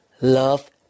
love